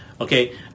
Okay